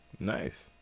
nice